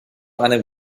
einem